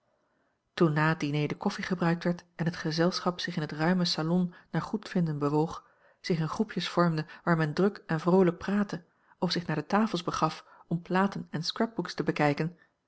het diner de koffie gebruikt werd en het gezelschap zich in het ruime salon naar goedvinden bewoog zich in groepjes vormde waar men druk en vroolijk praatte of zich naar de tafels begaf om platen en scrapbooks te bekijken